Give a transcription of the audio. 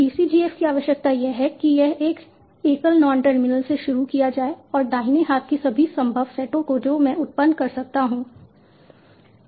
PCGF की आवश्यकता यह है कि यह एक एकल नॉन टर्मिनल से शुरू किया जाए और दाहिने हाथ की सभी संभव सेटों को जो मैं उत्पन्न कर सकता हूं संदर्भ समय 0611